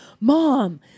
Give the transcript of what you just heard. mom